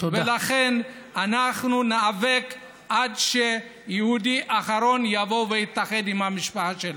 ולכן אנחנו ניאבק עד שהיהודי האחרון יבוא ויתאחד עם המשפחה שלו.